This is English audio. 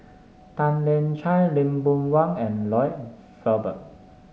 Tan Lian Chye Lee Boon Wang and Lloyd Valberg